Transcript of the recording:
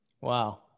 Wow